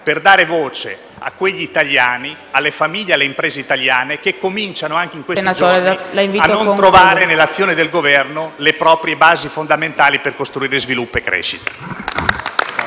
per dare voce alle famiglie e alle imprese italiane che cominciano anche in questi giorni a non trovare nell'azione del Governo le basi fondamentali per costruire sviluppo e crescita.